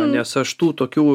nes aš tų tokių